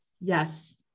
yes